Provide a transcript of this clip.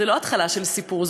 זו לא התחלה של סיפור,